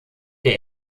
der